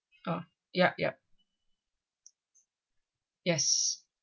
oh yup yup yes